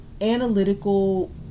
analytical